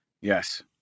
Yes